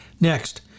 Next